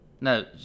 no